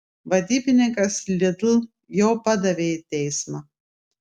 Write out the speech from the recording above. vadybininkas lidl jau padavė į teismą